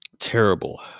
Terrible